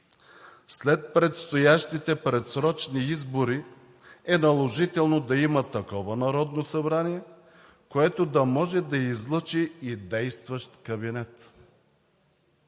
след предстоящите предсрочни избори е наложително да има такова Народно събрание, което да може да излъчи и действащ кабинет.